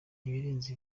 ibirenze